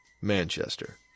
Manchester